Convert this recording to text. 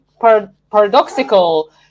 paradoxical